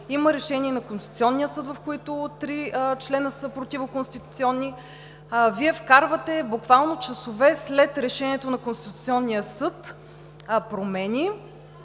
Има решение на Конституционния съд, в което три члена са противоконституционни. Вие вкарвате буквално часове след решението на Конституционния съд промени,